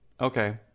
Okay